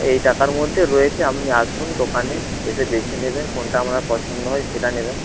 এই টাকার মধ্যে রয়েছে আপনি আসুন দোকানে এসে দেখে নেবেন কোনটা আপনার পছন্দ হয় সেটা নেবেন